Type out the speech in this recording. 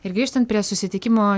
ir grįžtant prie susitikimo